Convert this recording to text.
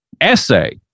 essay